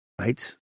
right